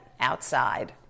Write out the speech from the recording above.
outside